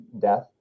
death